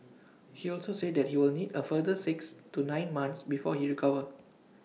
he also said that he will need A further six to nine months before he recover